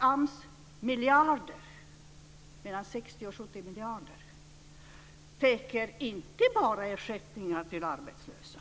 AMS 60-70 miljarder täcker inte bara ersättningen till arbetslösa.